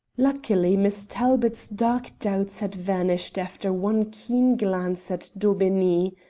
luckily miss talbot's dark doubts had vanished after one keen glance at daubeney.